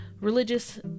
religious